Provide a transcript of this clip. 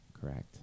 Correct